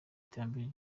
iterambere